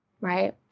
Right